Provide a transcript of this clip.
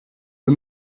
wir